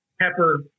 pepper